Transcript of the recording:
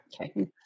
Okay